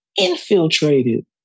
infiltrated